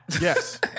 Yes